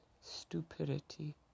stupidity